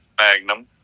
Magnum